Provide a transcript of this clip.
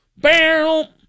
barrel